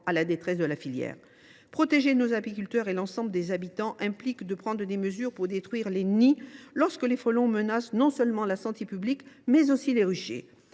à la détresse de la filière. Protéger nos apiculteurs et l’ensemble des habitants implique de prendre des mesures pour détruire les nids lorsque les frelons menacent non seulement la santé publique, mais aussi les ruchées.